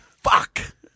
fuck